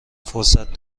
فرصت